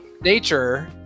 nature